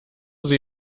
sie